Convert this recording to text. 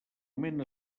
moment